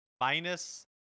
minus